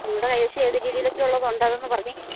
നിങ്ങളുടെ കൈവശം ഏത് രീതിലൊക്കെ ഉള്ളതുണ്ട് അതൊന്ന് പറഞ്ഞെ